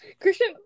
Christian